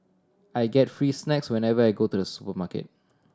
I get free snacks whenever I go to the supermarket